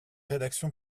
rédaction